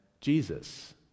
Jesus